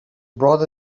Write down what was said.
brought